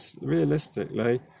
realistically